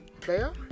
player